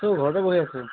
আছোঁ ঘৰতে বহি আছোঁ